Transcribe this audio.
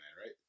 right